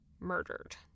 murdered